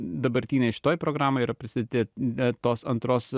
dabartinėj šitoj programoj yra pristatyti tos antros